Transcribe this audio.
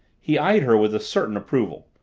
he eyed her with a certain approval.